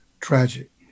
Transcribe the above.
tragic